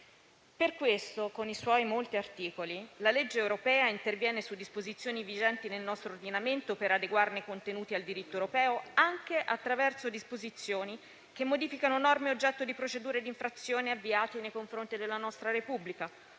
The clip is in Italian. Per questo con i suoi molti articoli la legge europea interviene su disposizioni vigenti nel nostro ordinamento per adeguare i suoi contenuti al diritto europeo anche attraverso disposizioni che modificano norme oggetto di procedure di infrazione avviate nei confronti della nostra Repubblica